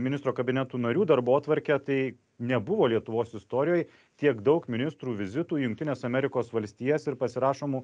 ministro kabinetų narių darbotvarkę tai nebuvo lietuvos istorijoj tiek daug ministrų vizitų į jungtines amerikos valstijas ir pasirašomų